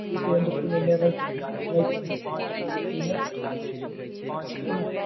ठीक हइ डेढ़ किलो लेबयके हइ दू किलो बुझलियै